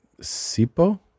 Sipo